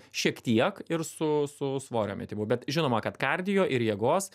šiek tiek ir su su svorio metimu bet žinoma kad kardio ir jėgos